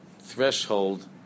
threshold